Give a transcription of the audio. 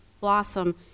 blossom